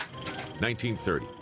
1930